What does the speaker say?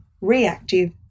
reactive